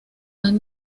han